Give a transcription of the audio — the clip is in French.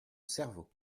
cerveau